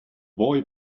boy